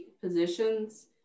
positions